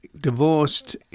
divorced